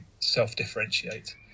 self-differentiate